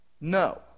No